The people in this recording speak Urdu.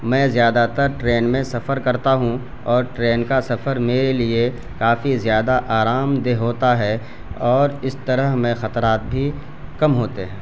میں زیادہ تر ٹرین میں سفر کرتا ہوں اور ٹرین کا سفر میرے لیے کافی زیادہ آرام دہ ہوتا ہے اور اس طرح ہمیں خطرات بھی کم ہوتے ہیں